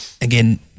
again